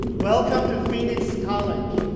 welcome to phoenix college.